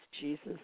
Jesus